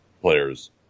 players